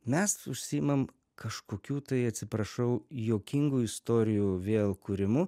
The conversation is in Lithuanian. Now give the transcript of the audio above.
mes užsiimam kažkokių tai atsiprašau juokingų istorijų vėl kūrimu